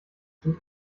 zum